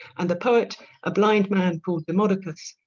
and the poet a blind man called demodocus,